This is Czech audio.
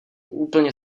úplně